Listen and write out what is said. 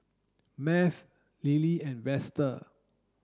Math Lilie and Vester